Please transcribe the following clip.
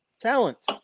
talent